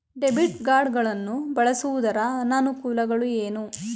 Debit card ಗಳನ್ನು ಬಳಸುವುದರ ಅನಾನುಕೂಲಗಳು ಏನು?